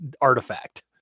artifact